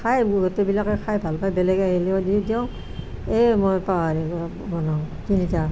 খায় বহুতবিলাকে খাই ভাল পায় বেলেগ আহিলেও দি দিওঁ এই মই পাহৰি বনাওঁ তিনিটা